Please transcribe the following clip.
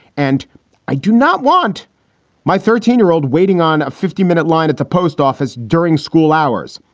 and i do not want my thirteen year old waiting on a fifty minute line at the post office during school hours.